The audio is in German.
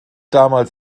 damals